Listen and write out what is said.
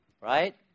right